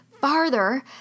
farther